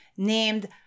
named